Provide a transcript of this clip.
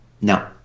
No